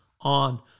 on